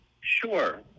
sure